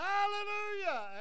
Hallelujah